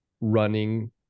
running